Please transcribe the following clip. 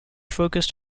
focused